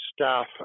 staff